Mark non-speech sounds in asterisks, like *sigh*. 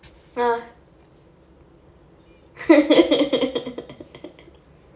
uh *laughs*